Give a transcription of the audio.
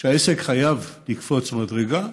שהעסק חייב לקפוץ מדרגה,